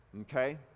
Okay